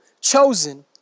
chosen